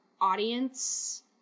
audience